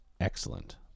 excellent